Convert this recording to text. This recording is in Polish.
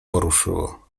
poruszyło